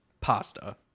pasta